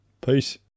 Peace